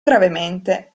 gravemente